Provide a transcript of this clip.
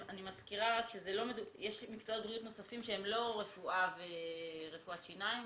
אני מזכירה רק שיש מקצועות בריאות נוספים שהם לא רפואה ורפואת שיניים,